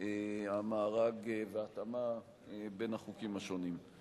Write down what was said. המארג וההתאמה בין החוקים השונים.